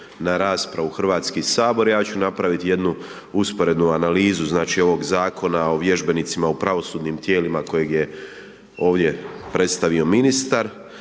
na raspravu u Hrvatski sabor ja ću napravit jednu usporednu analizu znači ovog Zakona o vježbenicima u pravosudnim tijelima kojeg je ovdje predstavio ministar,